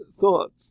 thoughts